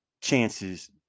chances